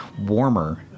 warmer